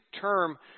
term